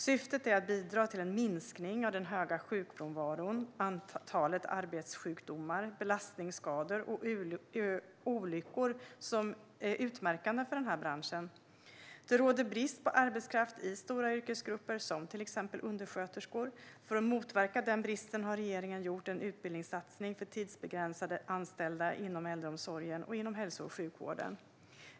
Syftet är att bidra till en minskning av den höga sjukfrånvaron, antalet arbetssjukdomar, belastningsskador och olyckor som är utmärkande för denna bransch. Det råder brist på arbetskraft i stora yrkesgrupper som till exempel undersköterskor. För att motverka denna brist har regeringen gjort en utbildningssatsning för personer med tidsbegränsade anställningar inom äldreomsorgen och inom hälso och sjukvården.